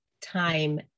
time